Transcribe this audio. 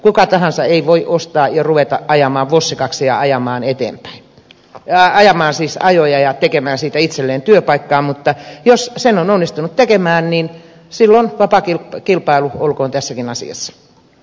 kuka tahansa ei voi ostaa ja ruveta vossikaksi ajamaan ajoja ja tekemään siitä itselleen työpaikkaa mutta jos sen on onnistunut tekemään niin silloin vapaa kilpailu olkoon tässäkin asiassa